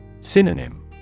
Synonym